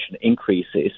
increases